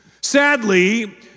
Sadly